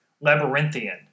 Labyrinthian